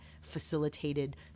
facilitated